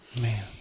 man